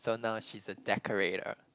so now she's a decorator